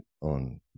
on